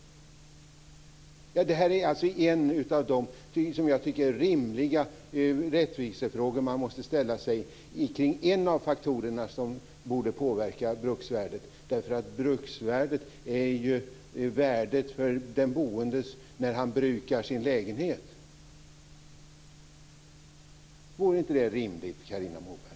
Det här är rimliga rättvisefrågor som jag tycker att man måste ställa sig kring en av de faktorer som borde påverka bruksvärdet. Bruksvärdet är ju värdet för den boende när han brukar sin lägenhet. Vore inte detta rimligt, Carina Moberg?